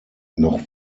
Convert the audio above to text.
noch